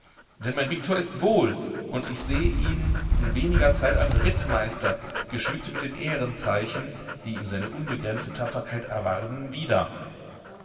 denn mein viktor ist wohl und ich sehe ihn in weniger zeit als rittmeister geschmückt mit den ehrenzeichen die ihm seine unbegrenzte tapferkeit erwarben wieder